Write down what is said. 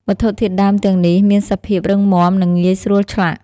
វត្ថុធាតុដើមទាំងនេះមានសភាពរឹងមាំ និងងាយស្រួលឆ្លាក់។